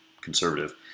conservative